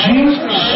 Jesus